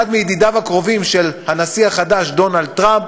אחד מידידיו הקרובים של הנשיא החדש דונלד טראמפ.